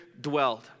dwelled